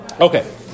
Okay